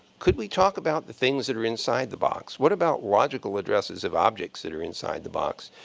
could we talk about the things that are inside the box? what about logical addresses of objects that are inside the box?